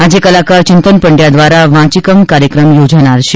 આજે કલાકાર ચિંતન પંડ્યા દ્વારા વાંચીકમ કાર્યક્રમ યોજાનાર છે